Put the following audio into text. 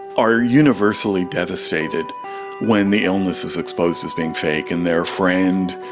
are universally devastated when the illness is exposed as being fake, and their friend,